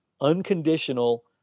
unconditional